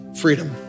freedom